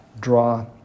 draw